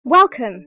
Welcome